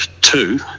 two